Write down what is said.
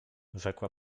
rzekła